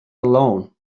alone